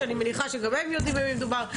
אני מניחה שגם הם יודעים במי מדובר.